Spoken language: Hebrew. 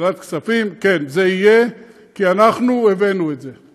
ועדת כספים, כן, זה יהיה, כי אנחנו הבאנו את זה.